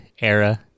era